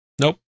nope